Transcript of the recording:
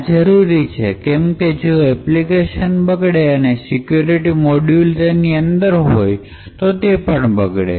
આ જરૂરી છે કેમકે જો એપ્લિકેશન બગડે અને સિક્યોરિટી મોડયુલની અંદર હોય તે પણ બગડે